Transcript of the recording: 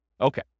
Okay